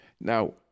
Now